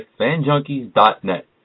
FanJunkies.net